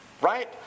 right